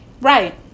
Right